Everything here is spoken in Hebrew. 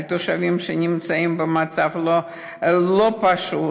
על תושבים שנמצאים במצב לא פשוט,